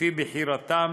לפי בחירתם,